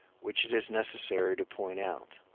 which it is necessary to point out.